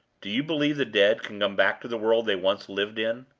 do you believe the dead can come back to the world they once lived in?